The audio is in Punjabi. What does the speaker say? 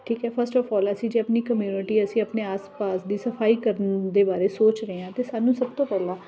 ਠੀਕ ਹੈ ਫਸਟ ਆਫ ਆਲ ਅਸੀਂ ਜੇ ਆਪਣੀ ਕਮਿਊਨਿਟੀ ਅਸੀਂ ਆਪਣੇ ਆਸ ਪਾਸ ਦੀ ਸਫਾਈ ਕਰਨ ਦੇ ਬਾਰੇ ਸੋਚ ਰਹੇ ਹਾਂ ਤਾਂ ਸਾਨੂੰ ਸਭ ਤੋਂ ਪਹਿਲਾਂ